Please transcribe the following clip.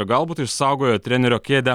galbūt išsaugojo trenerio kėdę